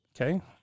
Okay